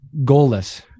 goalless